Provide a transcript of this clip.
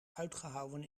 uitgehouwen